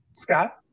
Scott